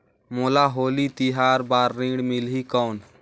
मोला होली तिहार बार ऋण मिलही कौन?